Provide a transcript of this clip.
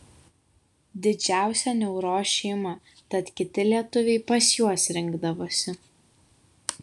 didžiausia niauros šeima tad kiti lietuviai pas juos ir rinkdavosi